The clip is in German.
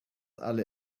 alle